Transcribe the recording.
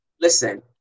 Listen